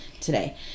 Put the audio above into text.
today